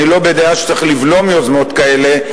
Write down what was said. אני לא בדעה שצריך לבלום יוזמות כאלה,